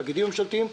בתאגידים ממשלתיים.